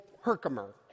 Herkimer